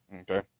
Okay